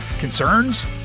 concerns